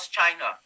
China